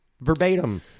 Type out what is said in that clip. verbatim